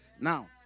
Now